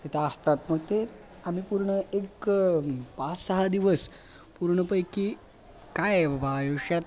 तिथं असतात मग ते आम्ही पूर्ण एक पाच सहा दिवस पूर्णपैकी काय आहे बाबा आयुष्यात